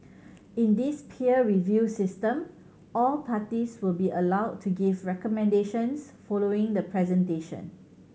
in this peer review system all parties will be allowed to give recommendations following the presentation